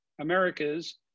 Americas